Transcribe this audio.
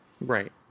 Right